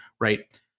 Right